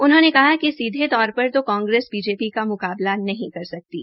उन्होंने कहा कि सीधे तौर पर तो कांग्रेस बीजेपी का मुकाबला नहीं सकती है